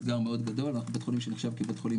אתגר מאוד גדול ואנחנו בית חולים שנחשב לבית חולים